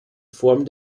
form